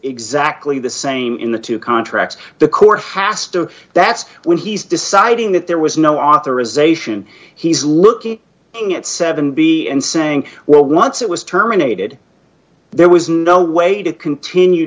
exactly the same in the two contracts the court has to that's when he's deciding that there was no authorization he's looking in at seven b and saying well once it was terminated there was no way to continue